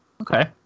Okay